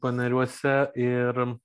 panariuose ir